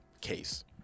case